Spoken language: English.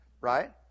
Right